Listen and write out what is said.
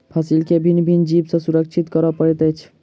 फसील के भिन्न भिन्न जीव सॅ सुरक्षित करअ पड़ैत अछि